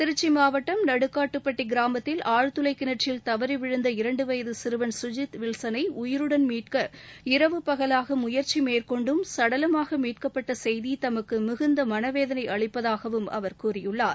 திருச்சி மாவட்டம் நடுகாட்டுப்பட்டி கிராமத்தில் ஆழ்துளை கிணற்றில் தவறி விழுந்த இரண்டு வயது சிறுவன் கஜித் வில்சனை உயிருடன் மீட்க இரவு பகலாக முயற்சி மேற்கொண்டும் சடலமாக மீட்கப்பட்ட செய்தி தமக்கு மிகுந்த மனவேதனை அளிப்பதாகவும் அவர் கூறியுள்ளார்